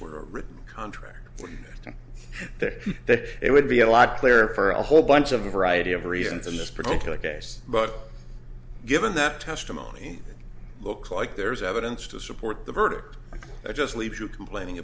were a written contract that it would be a lot clearer for a whole bunch of a variety of reasons in this particular case but given that testimony it looks like there's evidence to support the verdict that just leaves you complaining